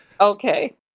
Okay